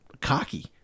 cocky